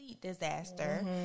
disaster